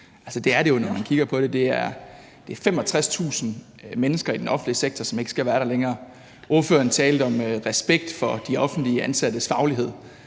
Det er 65.000 mennesker i den offentlige sektor, som ikke skal være der længere. Ordføreren talte om respekt for de offentligt ansattes faglighed.